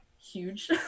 huge